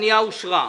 הפנייה אושרה.